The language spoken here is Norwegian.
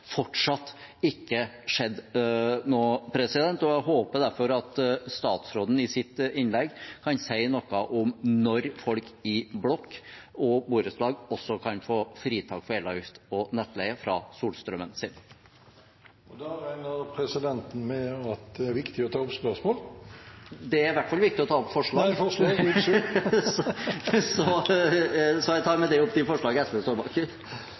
fortsatt ikke skjedd noe. Jeg håper derfor at statsråden i sitt innlegg kan si noe om når folk i blokk og borettslag også kan få fritak for elavgift og nettleie fra solstrømmen sin. Jeg tar med det opp de forslagene SV står bak. Da har representanten Lars Haltbrekken tatt opp de forslagene han refererte til. Vi debatterer i dag en rekke mer og mindre gode forslag for